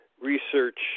Research